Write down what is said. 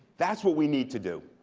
that's what we need to do.